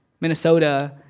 Minnesota